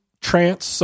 trance